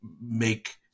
make